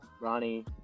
Ronnie